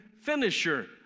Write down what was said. finisher